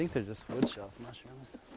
think they are just woodshelf mushrooms.